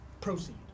Proceed